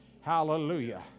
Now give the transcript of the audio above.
Hallelujah